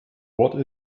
what